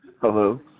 Hello